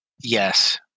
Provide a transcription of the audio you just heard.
Yes